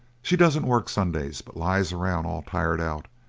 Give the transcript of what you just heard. she doesn't work, sundays, but lies around all tired out,